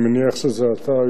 אני מניח שזה אתה,